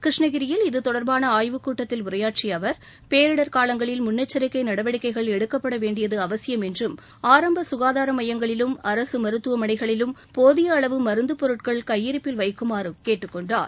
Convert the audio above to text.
கிருஷ்ணகிரில் இது தொடர்பான ஆய்வுக் கூட்டத்தில் உரையாற்றிய அவர் பேரிடர் காலங்களில் முன்னெச்சிக்கை நடவடிக்கைகள் எடுக்கப்பட வேண்டியது அவசியம் என்றும் ஆரம்ப சுனதார மையங்களிலும் அரசு மருத்துவமனைகளிலும் போதிய அளவு மருந்து பொருட்கள் கையிருப்பில் வைக்குமாறு கேட்டுக் கொண்டார்